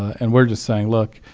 and we're just saying, look,